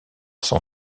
son